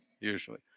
usually